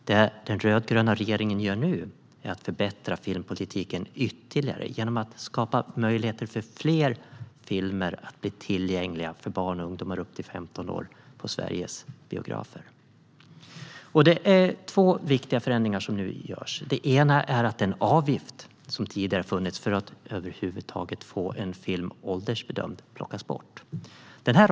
Det den rödgröna regeringen gör nu är att förbättra filmpolitiken ytterligare genom att skapa möjligheter för fler filmer att bli tillgängliga på Sveriges biografer för barn och ungdomar upp till femton år. Det är två viktiga förändringar som nu görs. Det ena är att den avgift som tidigare funnits för att över huvud taget få en film åldersbedömd plockas bort.